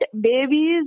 babies